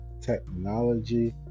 technology